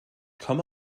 komme